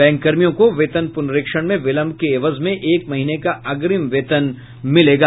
बैंककर्मियों को वेतन पुनरीक्षण में विलंब के एवज में एक महीने का अग्रिम वेतन मिलेगा